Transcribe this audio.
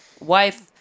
wife